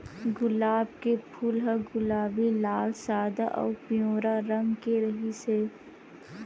गुलाब के फूल ह गुलाबी, लाल, सादा अउ पिंवरा रंग के रिहिस हे